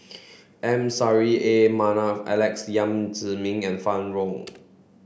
M Saffri A Manaf Alex Yam Ziming and Fann Wong